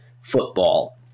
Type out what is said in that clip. football